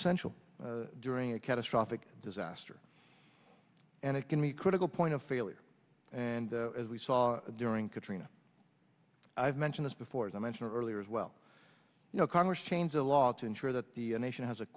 essential during a catastrophic disaster and it can be critical point of failure and as we saw during katrina i've mentioned this before as i mentioned earlier as well you know congress change the law to ensure that the nation has a